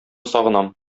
сагынам